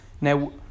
Now